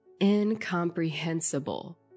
incomprehensible